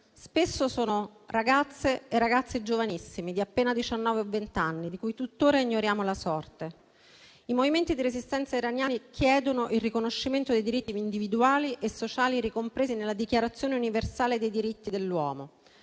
Spesso sono ragazze e ragazzi giovanissimi, di appena diciannove o vent'anni, di cui tuttora ignoriamo la sorte. I movimenti di resistenza iraniani chiedono il riconoscimento dei diritti individuali e sociali ricompresi nella Dichiarazione universale dei diritti dell'uomo: